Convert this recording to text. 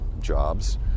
jobs